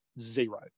Zero